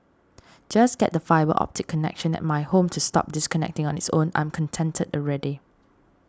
just get the fibre optic connection at my home to stop disconnecting on its own I'm contented already